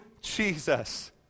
Jesus